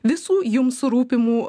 visų jums rūpimų